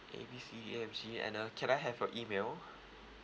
A B C D E F G and uh can I have your email